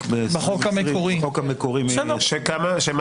מחצי במספר חברי הכנסת שפועלים לטובת הציבור.